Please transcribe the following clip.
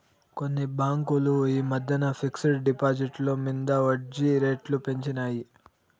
కొన్ని బాంకులు ఈ మద్దెన ఫిక్స్ డ్ డిపాజిట్ల మింద ఒడ్జీ రేట్లు పెంచినాయి